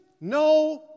no